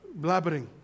blabbering